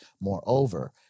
Moreover